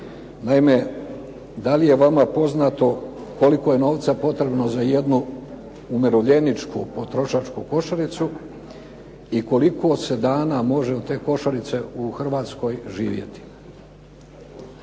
Naime, da li je vama poznato koliko je novca potrebno za jednu umirovljeničku potrošačku košaricu i koliko se dana može od te košarice u Hrvatskoj živjeti?